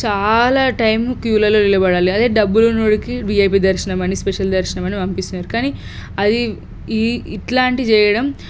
చాలా టైమ్ క్యూలల్లో నిలబడాలి అదే డబ్బులు ఉన్నవాడికి విఐపీ దర్శనం అని స్పెషల్ దర్శనం అని పంపిస్తున్నారు కానీ అది ఈ ఇట్లాంటివి చేయడం